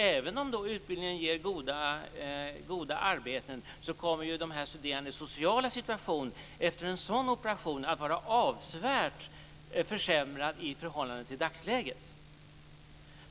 Även om utbildningen ger goda arbeten kommer dessa studerandes sociala situation efter en sådan operation att vara avsevärt försämrad i förhållande till dagsläget.